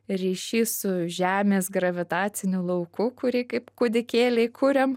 ryšys su žemės gravitaciniu lauku kurį kaip kūdikėliai kuriam